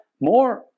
more